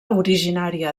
originària